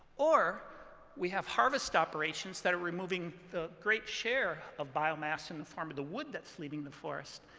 or we have harvest operations that are removing the great share of biomass in the form of the wood that's leaving the forest.